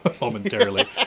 momentarily